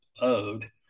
owed